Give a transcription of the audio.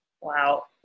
Wow